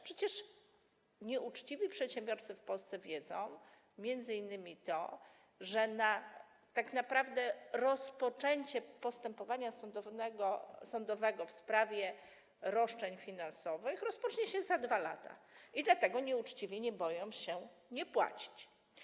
Przecież nieuczciwi przedsiębiorcy w Polsce wiedzą m.in. to, że tak naprawdę na rozpoczęcie postępowania sądowego w sprawie roszczeń finansowych trzeba czekać 2 lata i dlatego nieuczciwi nie boją się nie płacić.